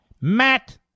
Matt